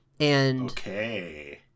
Okay